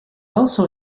also